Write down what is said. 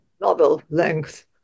novel-length